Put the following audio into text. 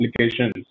applications